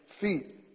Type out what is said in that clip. feet